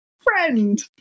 Friend